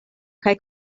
kaj